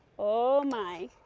oh, my.